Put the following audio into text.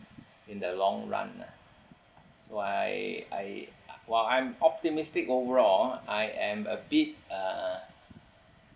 in the long run ah so I I while I'm optimistic overall I am a bit uh